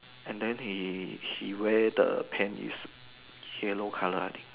and then he wear the pant yellow colour I think